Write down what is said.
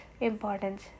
importance